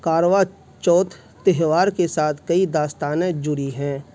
کروا چوتھ تہوار کے ساتھ کئی داستانیں جڑی ہیں